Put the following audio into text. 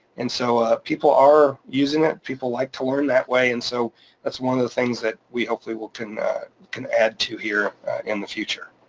and so ah people are using it. people like to learn that way and so that's one of the things that we hopefully will can can add to here in the future.